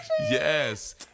Yes